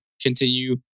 continue